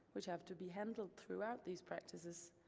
which have to be handled throughout these practices.